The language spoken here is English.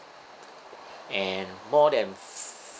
and more than